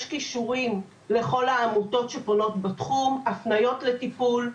יש קישורים לכל העמותות בתחום, הפניות לטיפול.